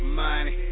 money